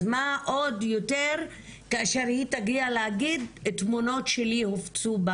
אז מה עוד יותר כאשר היא תגיע להגיד שתמונות שלה הופצו.